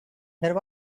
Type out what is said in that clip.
there